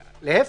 להפך,